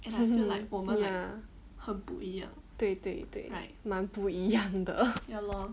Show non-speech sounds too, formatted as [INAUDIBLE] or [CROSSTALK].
[LAUGHS] ya 对对对蛮不一样的